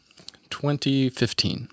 2015